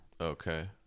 Okay